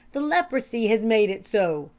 the leprosy has made it so!